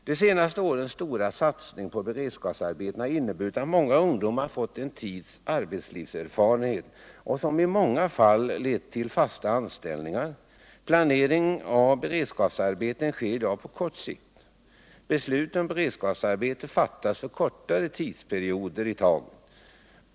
De senaste årens stora satsning på beredskapsarbeten har inneburit att många ungdomar fått en tids arbetslivserfarenhet, som i många fall lett till fasta anställningar. Planeringen av beredskapsarbeten sker i dag på kort sikt. Beslut om beredskapsarbete fattas för kortare tidsperioder i taget.